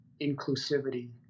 inclusivity